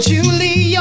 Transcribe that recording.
Julie